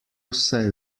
vse